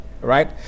Right